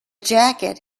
jacket